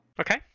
Okay